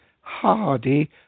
hardy